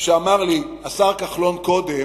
שאמר לי השר כחלון קודם,